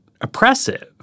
oppressive